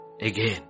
again